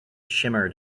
shimmered